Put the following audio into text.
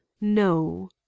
no